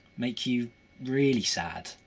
make you really sad.